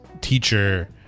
teacher